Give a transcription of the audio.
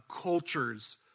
cultures